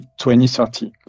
2030